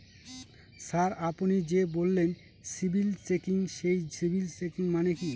Sir আপনি যে বললেন সিবিল চেকিং সেই সিবিল চেকিং মানে কি?